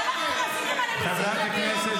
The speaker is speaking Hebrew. חבר הכנסת